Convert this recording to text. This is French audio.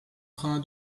train